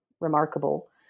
remarkable